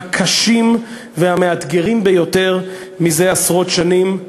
הקשים והמאתגרים ביותר מזה עשרות שנים.